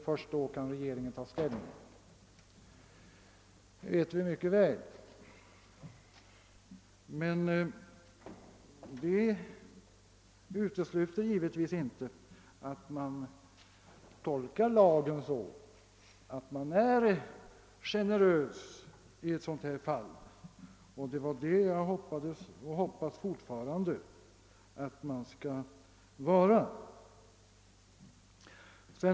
Först då kan regeringen ta ställning till frågan. Detta utesluter dock givetvis inte att lagen tolkas generöst i ett fall som detta. Det var det jag hoppades och fortfarande hoppas skall ske.